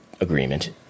agreement